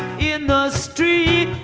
in the street.